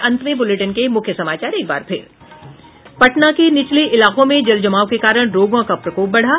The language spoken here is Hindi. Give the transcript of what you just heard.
और अब अंत में मुख्य समाचार पटना के निचले इलाकों में जलजमाव के कारण रोगों का प्रकोप बढ़ा